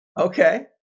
Okay